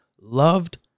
loved